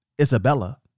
Isabella